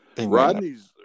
Rodney's